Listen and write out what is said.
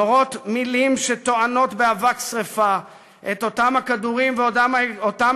נורות מילים שטוענות באבק שרפה את אותם כדורים ואותם